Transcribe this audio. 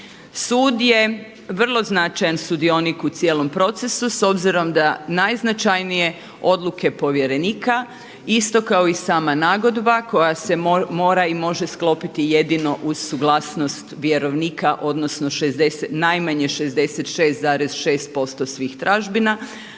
Sud je vrlo značajan sudionik u cijelom procesu s obzirom da najznačajnije odluke povjerenika, isto kao i sama nagodba koja se mora i može sklopiti jedino uz suglasnost vjerovnika odnosno najmanje 66,6% svih tražbina